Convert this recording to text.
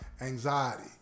anxiety